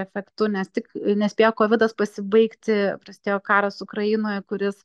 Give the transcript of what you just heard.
efektu nes tik nespėjo kovidas pasibaigti prasidėjo karas ukrainoje kuris